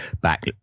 back